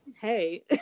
hey